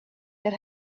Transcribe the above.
that